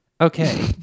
Okay